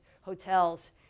hotels